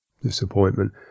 disappointment